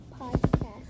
podcast